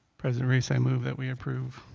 president reese, i move that we approve